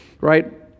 right